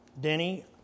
Denny